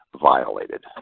violated